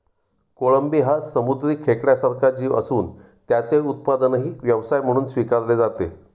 कोळंबी हा समुद्री खेकड्यासारखा जीव असून त्याचे उत्पादनही व्यवसाय म्हणून स्वीकारले जाते